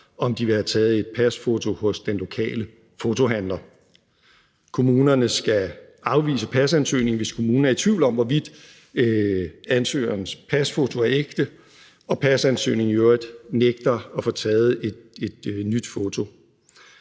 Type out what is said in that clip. om man vil have taget et pasfoto hos den lokale fotohandler. Kommunen skal afvise pasansøgningen, hvis kommunen er i tvivl om, hvorvidt ansøgerens pasfoto er ægte, og hvis ansøgeren i øvrigt nægter at få taget et nyt foto.